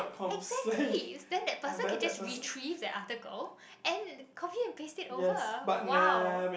exactly then that person can just retrieve that article and copy and paste it over !wow!